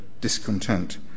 discontent